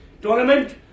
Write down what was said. tournament